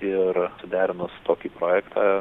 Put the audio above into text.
ir suderinus tokį projektą